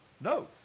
no